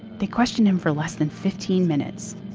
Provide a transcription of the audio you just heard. they questioned him for less than fifteen minutes.